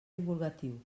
divulgatiu